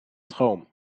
traum